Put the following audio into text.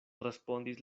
respondis